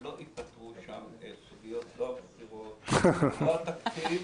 לא תתקלו שם בסוגיות, לא הבחירות ולא התקציב,